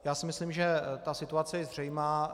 Já si myslím, že situace je zřejmá.